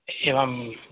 एवं